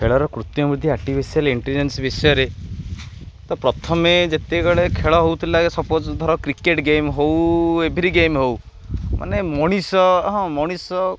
ଖେଳର କୃତ୍ତ ବୃଦ୍ଧି ଆର୍ଟିଫିସିଆଲ ଇଣ୍ଟେଲିଜେନ୍ସ ବିଷୟରେ ତ ପ୍ରଥମେ ଯେତେବେଳେ ଖେଳ ହଉଥିଲା ସପୋଜ ଧର କ୍ରିକେଟ୍ ଗେମ୍ ହଉ ଏଭ୍ରି ଗେମ୍ ହଉ ମାନେ ମଣିଷ ହଁ ମଣିଷ